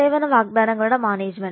സേവന വാഗ്ദാനങ്ങളുടെ മാനേജ്മെന്റ്